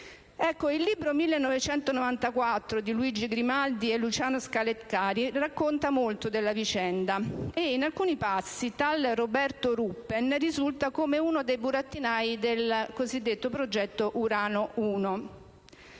Il libro «1994», di Luigi Grimaldi e Luciano Scalettari, racconta molto della vicenda. In alcuni passi, tale Roberto Ruppen risulta come uno dei burattinai del cosiddetto progetto Urano 1.